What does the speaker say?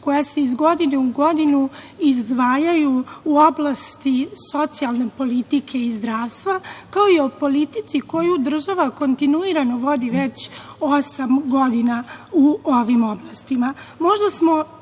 koja se iz godine u godinu izdvajaju u oblasti socijalne politike i zdravstva, kao i o politici koju država kontinuirano vodi već osam godina u ovom oblastima.